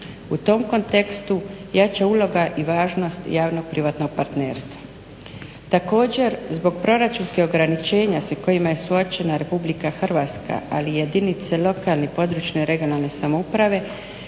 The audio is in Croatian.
U tom kontekstu jača uloga i važnost javno-privatno partnerstva. Također zbog proračunskih ograničenja s kojima je suočena RH ali jedinice lokalne i područne (regionalne) samouprave